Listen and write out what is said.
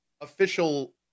official